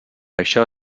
això